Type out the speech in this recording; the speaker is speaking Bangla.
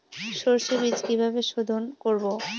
সর্ষে বিজ কিভাবে সোধোন করব?